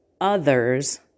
others